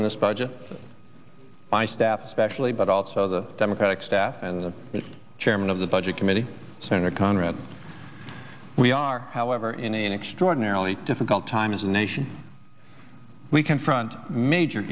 on this budget my staff especially but also the democratic staff and the chairman of the budget committee senator conrad we are however in an extraordinarily difficult time as a nation we confront major